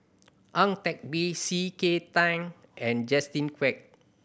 Ang Teck Bee C K Tang and Justin Quek